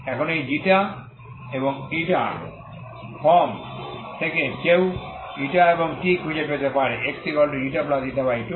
এখন এই এবং from থেকে কেউ এবং t খুঁজে পেতে পারে xξ2 tξ 2c